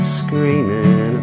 screaming